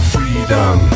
Freedom